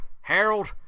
Harold